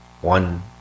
one